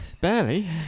Barely